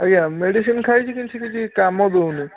ଆଜ୍ଞା ମେଡ଼ିସିନ୍ ଖାଇଛି କିନ୍ତୁ ସେ କିଛି କାମ ଦେଉନି